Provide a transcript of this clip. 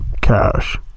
Cash